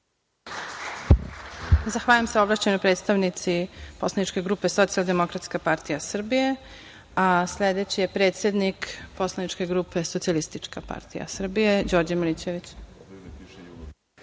Zahvaljujem se ovlašćenoj predstavnici poslaničke grupe Socijaldemokratska partija Srbije. Sledeći je predsednik poslaničke grupe Socijalistička partija Srbije Đorđe Milićević. Izvolite.